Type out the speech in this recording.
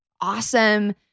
awesome